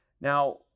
Now